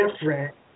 different